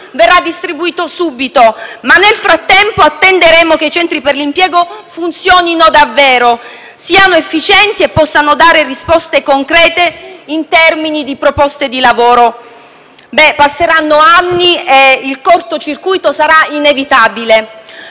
verrà distribuito subito, ma nel frattempo attenderemo che i centri per l'impiego funzionino davvero, siano efficienti e possano dare risposte concrete in termini di proposte di lavoro. Passeranno anni e il corto circuito sarà inevitabile.